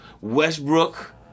Westbrook